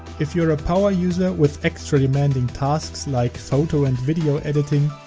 if you're a poweruser with extra demanding tasks like photo and video editing,